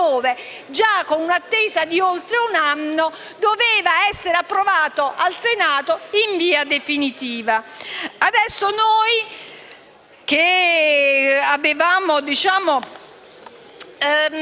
dopo un'attesa di oltre anno, esso doveva essere approvato al Senato in via definitiva.